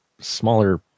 smaller